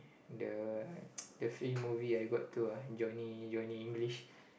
the the free movie I got to ah Johnny Johnny English